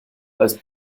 als